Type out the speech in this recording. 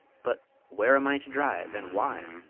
but where am i to drive, and why?